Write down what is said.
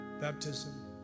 baptism